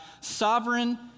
sovereign